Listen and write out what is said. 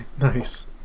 nice